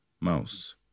Mouse